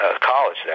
college